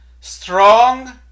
strong